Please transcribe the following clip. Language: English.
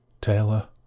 Taylor